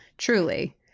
Truly